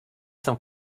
some